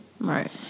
Right